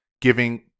giving